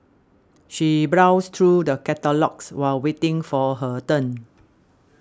she browsed through the catalogues while waiting for her turn